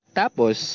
tapos